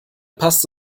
passt